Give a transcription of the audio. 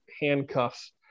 handcuffs